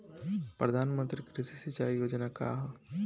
प्रधानमंत्री कृषि सिंचाई योजना का ह?